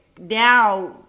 now